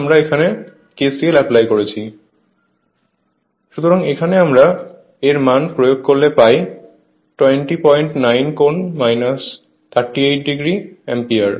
পড়ুন স্লাইড সময় 0415 সুতরাং এখানে আমরা এর মান প্রয়োগ করলে পাই 209 কোণ 38ᵒ অ্যাম্পিয়ার